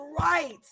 right